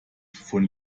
von